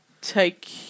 take